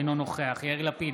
אינו נוכח יאיר לפיד,